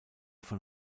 von